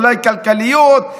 אולי כלכליות,